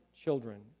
children